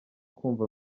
kumva